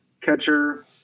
catcher